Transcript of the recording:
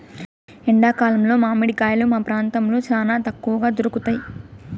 ఎండా కాలంలో మామిడి కాయలు మా ప్రాంతంలో చానా తక్కువగా దొరుకుతయ్